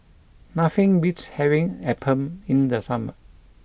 Nothing beats having Appam in the summer